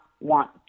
want